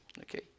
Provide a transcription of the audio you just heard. Okay